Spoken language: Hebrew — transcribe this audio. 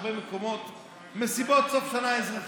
בהרבה מקומות מסיבות סוף השנה האזרחית.